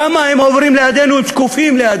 כמה הם עוברים לידינו שקופים.